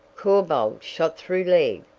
corbould shot through leg,